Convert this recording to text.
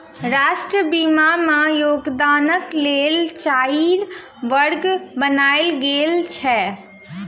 राष्ट्रीय बीमा में योगदानक लेल चाइर वर्ग बनायल गेल अछि